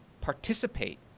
participate